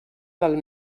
del